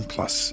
Plus